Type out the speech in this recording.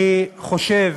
אני חושב